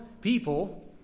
people